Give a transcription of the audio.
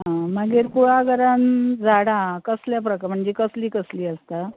मागीर कुळागरांत झाडां कसल्या प्रकार म्हणचे कसलीं कसलीं आसता